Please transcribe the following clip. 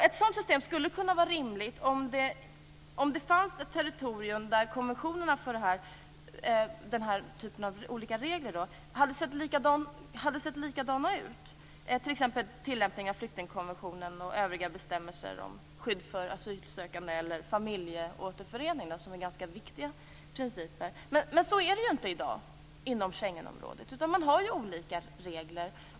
Ett sådant system skulle kunna vara rimligt om det fanns ett territorium där konventionerna för den här typen av olika regler hade sett likadana ut, t.ex. för tillämpning av flyktingkonventionen och för övriga bestämmelser om skydd för asylsökande eller om familjeåterförening, som är ganska viktiga principer. Men så är det ju inte i dag inom Schengenområdet, utan man har olika regler.